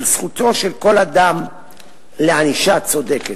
של זכותו של כל אדם לענישה צודקת.